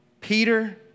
Peter